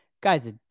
guys